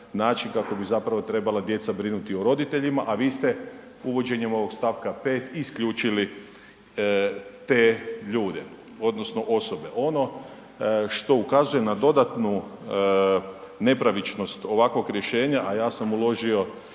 način kako bi zapravo trebala djeca brinuti o roditeljima, a vi ste uvođenjem ovog st. 5. isključili te ljude odnosno osobe. Ono što ukazuje na dodatnu nepravičnost ovakvog rješenja, a ja sam uložio